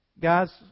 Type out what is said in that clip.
Guys